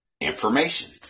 information